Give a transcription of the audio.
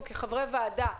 כחברי ועדה,